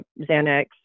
Xanax